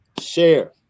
Share